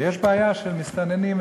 ויש בעיה של מסתננים,